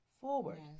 forward